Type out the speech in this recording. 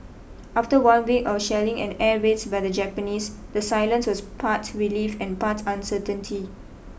after one week of shelling and air raids by the Japanese the silence was part relief and part uncertainty